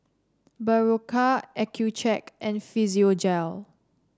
Berocca Accucheck and Physiogel